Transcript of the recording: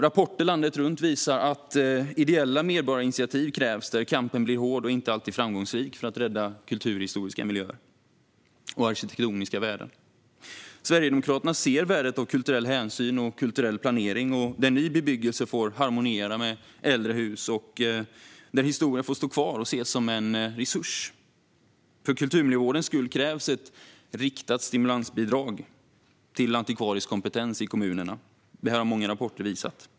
Rapporter landet runt visar att det krävs ideella medborgarinitiativ där kampen för att rädda kulturhistoriska miljöer och arkitektoniska värden blir hård och inte alltid framgångsrik. Sverigedemokraterna ser värdet av kulturell hänsyn och kulturell planering där ny bebyggelse får harmoniera med äldre hus och där historia får stå kvar och ses som en resurs. För kulturmiljövårdens skull krävs ett riktat stimulansbidrag till antikvarisk kompetens i kommunerna; det har många rapporter visat.